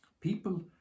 People